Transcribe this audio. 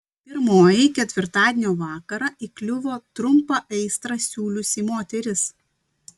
pirmoji ketvirtadienio vakarą įkliuvo trumpą aistrą siūliusi moteris